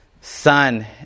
Son